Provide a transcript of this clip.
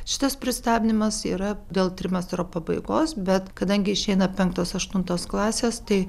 šitas pristabdymas yra dėl trimestro pabaigos bet kadangi išeina penktos aštuntos klasės tai